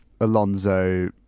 Alonso